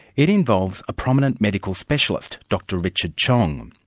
it involves a prominent medical specialist, dr richard tjiong.